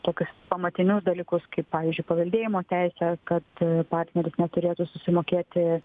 tokius pamatinius dalykus kaip pavyzdžiui paveldėjimo teisę kad partneris neturėtų susimokėti